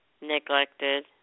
neglected